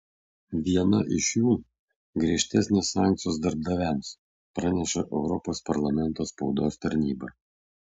viena iš jų griežtesnės sankcijos darbdaviams praneša europos parlamento spaudos tarnyba